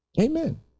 Amen